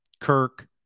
Kirk